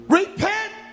repent